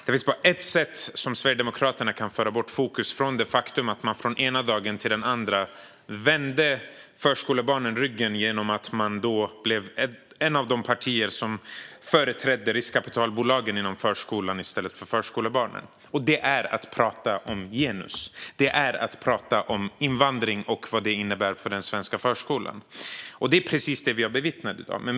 Det finns bara ett sätt för Sverigedemokraterna att föra bort fokus från det faktum att man från den ena dagen till den andra vände förskolebarnen ryggen genom att bli ett av de partier som företräder riskkapitalbolagen inom förskolan i stället för förskolebarnen - och det är att prata om genus och om invandring och vad den innebär för den svenska förskolan. Det är precis detta vi har bevittnat i dag.